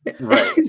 right